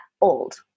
old